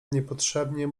niepotrzebnie